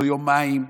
לא יומיים,